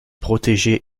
protégée